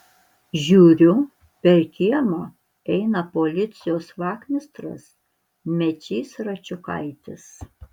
žiūriu per kiemą eina policijos vachmistras mečys račiukaitis